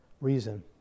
reason